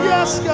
Yes